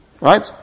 Right